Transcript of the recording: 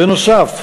בנוסף,